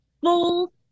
full